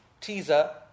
teaser